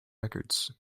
records